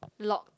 locked